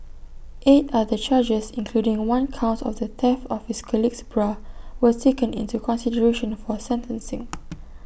eight other charges including one count of theft of his colleague's bra were taken into consideration for sentencing